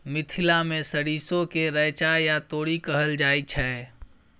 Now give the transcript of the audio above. मिथिला मे सरिसो केँ रैचा या तोरी कहल जाइ छै